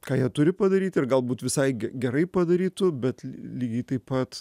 ką jie turi padaryt ir galbūt visai gerai padarytų bet lygiai taip pat